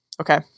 Okay